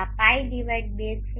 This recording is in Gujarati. આ π2 છે